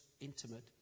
intimate